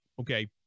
okay